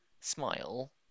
smile